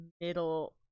middle